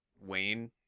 Wayne